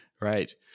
Right